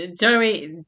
Joey